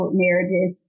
marriages